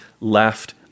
left